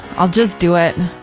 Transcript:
i'll just do it!